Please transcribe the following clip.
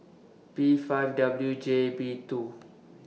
P five W J B two